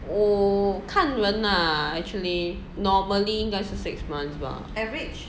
我看人 lah actually normally 应该是 six months lah